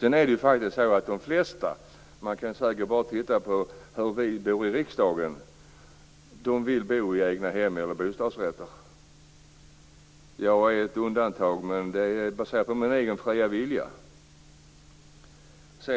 De flesta - det är bara att se hur vi i riksdagen bor - vill bo i egna hem eller i bostadsrätter. Jag är ett undantag, men det beror på min egen fria vilja.